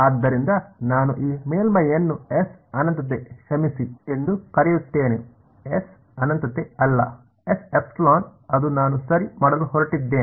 ಆದ್ದರಿಂದ ನಾನು ಈ ಮೇಲ್ಮೈಯನ್ನು ಎಸ್ ಅನಂತತೆ ಕ್ಷಮಿಸಿ ಎಂದು ಕರೆಯುತ್ತೇನೆ ಎಸ್ ಅನಂತತೆ ಅಲ್ಲ Sε ಅದು ನಾನು ಸರಿ ಮಾಡಲು ಹೊರಟಿದ್ದೇನೆ